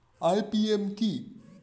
IPM কি?